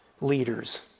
leaders